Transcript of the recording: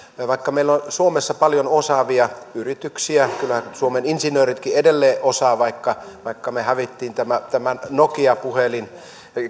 vaikka meillä on suomessa paljon osaavia yrityksiä kyllä suomen insinööritkin edelleen osaavat vaikka me hävisimme tämän tämän nokia puhelinkisan